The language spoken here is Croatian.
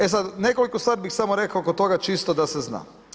E sada nekoliko stvari bi samo rekao oko toga čisto da se zna.